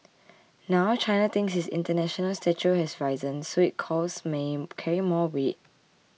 now China thinks its international stature has risen so its calls may carry more weight